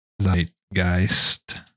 Zeitgeist